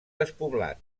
despoblat